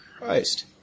Christ